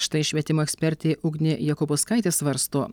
štai švietimo ekspertė ugnė jakubauskaitė svarsto